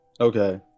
okay